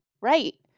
Right